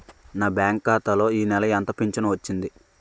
నా బ్యాంక్ ఖాతా లో ఈ నెల ఎంత ఫించను వచ్చింది?